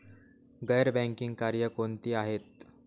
गैर बँकिंग कार्य कोणती आहेत?